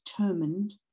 determined